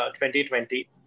2020